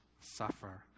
suffer